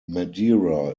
madeira